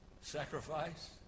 sacrifice